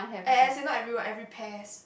as as in not everyone every pairs